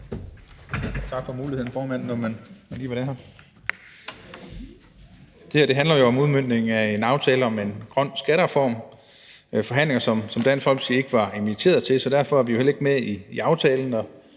Tak for muligheden, formand. Det her handler jo om udmøntning af en aftale om en grøn skattereform – nogle forhandlinger, som Dansk Folkeparti ikke var inviteret til. Derfor er vi heller ikke med i aftalen,